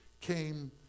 came